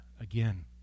again